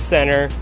Center